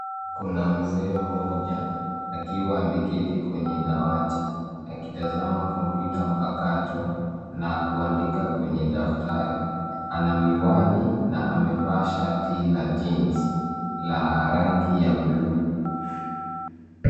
Kuna mzee mmoja, akiwa ameketi kwenye dawati, akitazama kompyuta mpakato na kuandika kwenye daftari. Ana miwani na amevaa shati la jeans la rangi ya buluu.